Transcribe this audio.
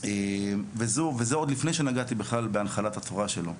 וזה עוד לפני שנגעתי בכלל בהנחלת התורה שלו,